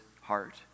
heart